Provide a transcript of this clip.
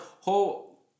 whole